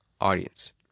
audience